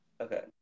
okay